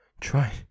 try